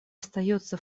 остается